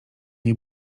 jej